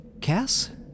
cass